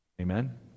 Amen